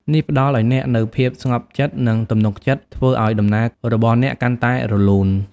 នេះផ្តល់ឲ្យអ្នកនូវ ភាពស្ងប់ចិត្ត និងទំនុកចិត្ត ធ្វើឲ្យដំណើររបស់អ្នកកាន់តែរលូន។